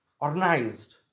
organized